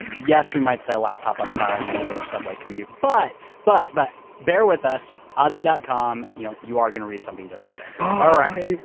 yes we might say a laptop on fire on your new york subway commute. but but but bear with us aussie dot dot com you know you are going to read something different all right.